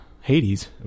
Hades